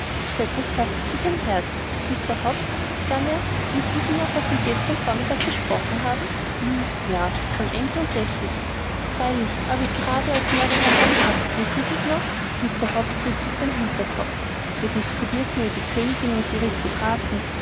cedrik faßte sich ein herz mr hobbs begann er wissen sie noch von was wir gestern vormittag gesprochen haben hm ja von england dächt ich freilich aber gerade als mary hereinkam wissen sie das noch mr hobbs rieb sich den hinterkopf wir diskurierten über die königin und die ristokraten